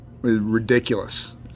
Ridiculous